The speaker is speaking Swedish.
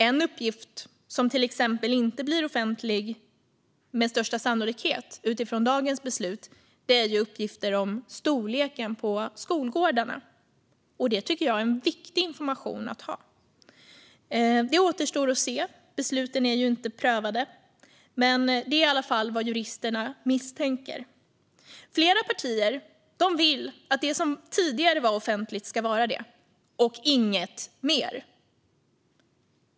Ett exempel på något som med största sannolikhet inte blir offentligt utifrån dagens beslut är uppgifter om storleken på skolgårdarna, vilket jag tycker är viktig information att ha. Det återstår att se, för besluten är inte prövade, men det är i alla fall vad juristerna misstänker. Flera partier vill att det som tidigare var offentligt ska vara det - men inget mer.